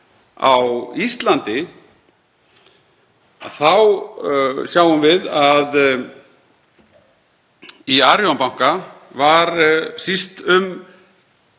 á Íslandi sjáum við að í Arion banka var síst um